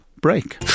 break